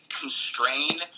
constrain